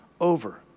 over